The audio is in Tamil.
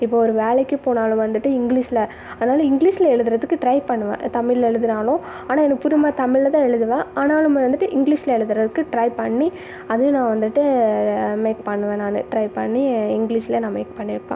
இப்போ ஒரு வேலைக்கு போனாலும் வந்துவிட்டு இங்கிலீஷில் அதனால் இங்கிலீஷில் எழுதுறதுக்கு ட்ரை பண்ணுவேன் தமிழில் எழுதுனாலும் ஆனால் எனக்கு புரிகிற மாதிரி தமிழில் தான் எழுதுவேன் ஆனால் நம்ம வந்துவிட்டு இங்கிலீஷில் எழுதுறதுக்கு ட்ரை பண்ணி அதுவும் நான் வந்துவிட்டு மேக் பண்ணுவேன் நான் ட்ரை பண்ணி இங்கிலீஷில் நான் மேக் பண்ணி வைப்பேன்